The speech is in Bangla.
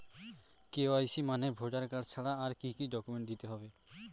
কে.ওয়াই.সি মানে ভোটার কার্ড ছাড়া আর কি কি ডকুমেন্ট দিতে হবে?